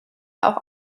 auch